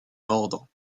ordre